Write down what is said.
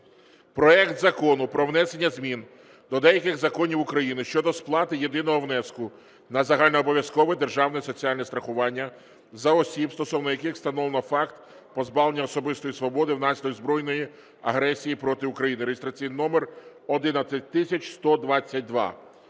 проект Закону про внесення змін до деяких законів України щодо сплати єдиного внеску на загальнообов’язкове державне соціальне страхування за осіб, стосовно яких встановлено факт позбавлення особистої свободи внаслідок збройної агресії проти України (реєстраційний номер 11122).